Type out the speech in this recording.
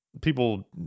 people